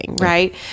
right